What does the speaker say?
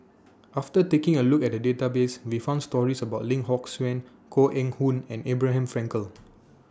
after taking A Look At The databases We found stories about Lim Hock Siew Koh Eng Hoon and Abraham Frankel